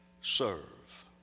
serve